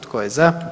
Tko je za?